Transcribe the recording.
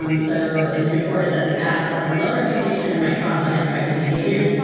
um so it's reported that the app has a low reputation or might cause unexpected behaviors.